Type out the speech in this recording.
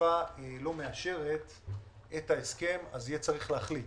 שהאסיפה לא מאשרת את ההסכם אז יהיה צריך להחליט